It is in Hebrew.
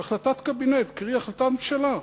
זה החלטת קבינט, קרי החלטת ממשלה,